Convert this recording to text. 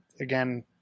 again